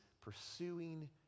pursuing